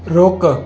रोकु